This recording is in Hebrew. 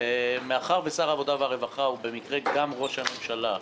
מאחר ושר העבודה והרווחה הוא במקרה גם ראש הממשלה,